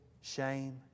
shame